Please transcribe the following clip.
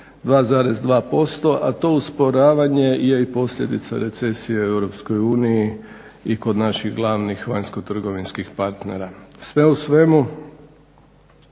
2,2%, a to usporavanje je i posljedica recesije u EU i kod naših glavnih vanjskotrgovinskih partnera. Sve u svemu,